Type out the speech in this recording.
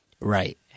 Right